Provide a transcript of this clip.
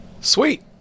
Sweet